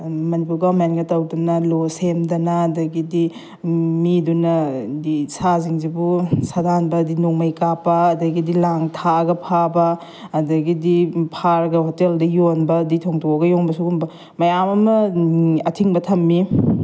ꯃꯅꯤꯄꯨꯔ ꯒꯣꯕꯔꯟꯃꯦꯟꯒ ꯇꯧꯗꯅ ꯂꯣ ꯁꯦꯝꯗꯅ ꯑꯗꯒꯤꯗꯤ ꯃꯤꯗꯨꯅꯗꯤ ꯁꯥ ꯁꯤꯡꯁꯤꯕꯨ ꯁꯥꯗꯥꯟꯕꯗꯤ ꯅꯣꯡꯃꯩ ꯀꯥꯞꯄ ꯑꯗꯒꯤꯗꯤ ꯂꯥꯡ ꯊꯥꯛꯑꯒ ꯐꯥꯕ ꯑꯗꯒꯤꯗꯤ ꯐꯥꯔꯒ ꯍꯣꯇꯦꯜꯗ ꯌꯣꯟꯕ ꯑꯗꯒꯤ ꯊꯣꯡꯗꯣꯛꯑꯒ ꯌꯣꯟꯕ ꯁꯤꯒꯨꯝꯕ ꯃꯌꯥꯝ ꯑꯃ ꯑꯊꯤꯡꯕ ꯊꯝꯃꯤ